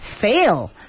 fail